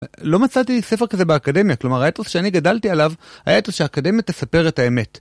לא מצאתי ספר כזה באקדמיה, כלומר האתוס שאני גדלתי עליו היה אתוס שהאקדמיה תספר את האמת.